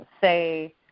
say